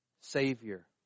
savior